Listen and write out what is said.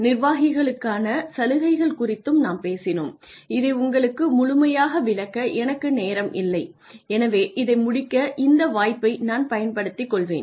நிர்வாகிகளுக்கான சலுகைகள் குறித்தும் நாம் பேசினோம் இதை உங்களுக்கு முழுமையாக விளக்க எனக்கு நேரம் இல்லை எனவே இதை முடிக்க இந்த வாய்ப்பை நான் பயன்படுத்திக்கொள்வேன்